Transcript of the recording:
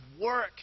work